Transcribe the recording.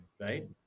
right